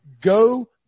Go